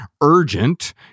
urgent